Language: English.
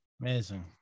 amazing